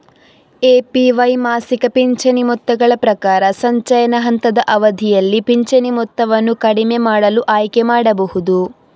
APY ಮಾಸಿಕ ಪಿಂಚಣಿ ಮೊತ್ತಗಳ ಪ್ರಕಾರ, ಸಂಚಯನ ಹಂತದ ಅವಧಿಯಲ್ಲಿ ಪಿಂಚಣಿ ಮೊತ್ತವನ್ನು ಕಡಿಮೆ ಮಾಡಲು ಆಯ್ಕೆ ಮಾಡಬಹುದು